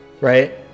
right